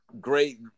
Great